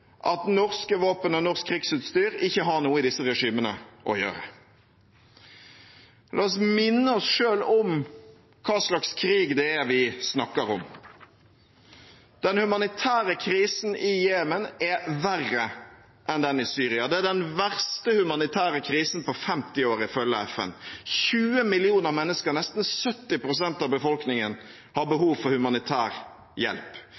at norske våpen og norsk krigsutstyr ikke har noe i disse regimene å gjøre. La oss minne oss selv om hva slags krig det er vi snakker om. Den humanitære krisen i Jemen er verre enn den i Syria. Det er den verste humanitære krisen på 50 år, ifølge FN. 20 millioner mennesker, nesten 70 pst. av befolkningen, har behov for humanitær hjelp.